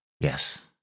Yes